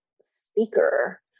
speaker